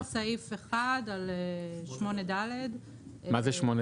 אבל עשינו מחקר על סעיף 1 על 8ד'. מה זה 8ד'?